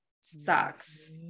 stocks